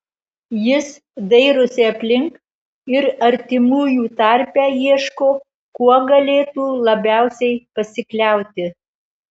jis dairosi aplink ir artimųjų tarpe ieško kuo galėtų labiausiai pasikliauti